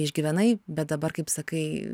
išgyvenai bet dabar kaip sakai